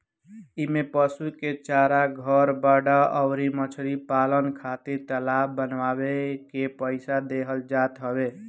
इमें पशु के चारा, घर, बाड़ा अउरी मछरी पालन खातिर तालाब बानवे के पईसा देहल जात हवे